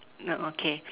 no okay